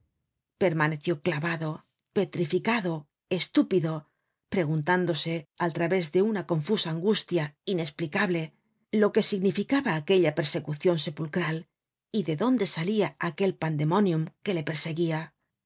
permaneció clavado petrificado estúpido preguntándose al través de una confusa angustia inesplicable lo que significaba aquella persecucion sepulcral y de dónde salia aquel pandemonium que le perseguía